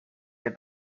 que